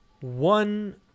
one